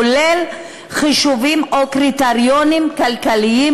כולל חישובים או קריטריונים כלכליים,